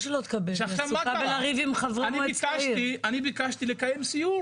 אני ביקשתי לקיים סיור.